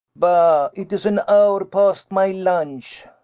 bah! it is an hour past my lunch.